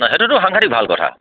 নহ সেইটোতো সাংঘাটিক ভাল কথা